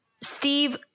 Steve